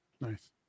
nice